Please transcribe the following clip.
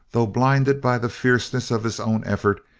though blinded by the fierceness of his own effort,